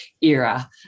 era